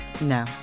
No